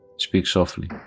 speak softly